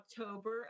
October